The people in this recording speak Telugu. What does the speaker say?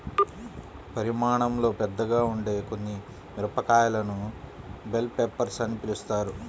పరిమాణంలో పెద్దగా ఉండే కొన్ని మిరపకాయలను బెల్ పెప్పర్స్ అని పిలుస్తారు